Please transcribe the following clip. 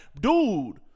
Dude